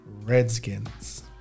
Redskins